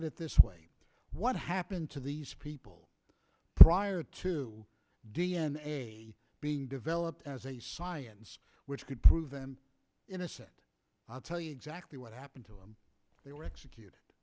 at it this way what happened to these people prior to d n a being developed as a science which could prove an innocent i'll tell you exactly what happened to them they were executed